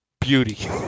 beauty